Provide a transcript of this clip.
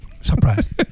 Surprise